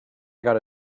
gotta